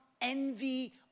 envy